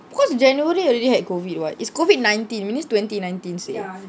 because january already had COVID [what] it's COVID nineteen means twenty nineteen seh